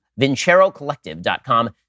vincerocollective.com